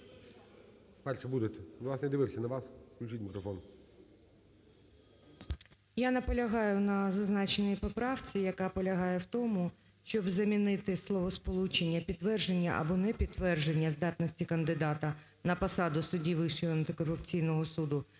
Я наполягає на зазначеній поправці, яка полягає в тому, щоб замінити словосполучення "підтвердження або непідтвердження здатності кандидата на посаду судді Вищого антикорупційного суду